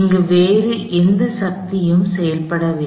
இங்கு வேறு எந்த சக்தியும் செயல்படவில்லை